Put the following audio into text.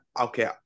okay